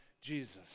Jesus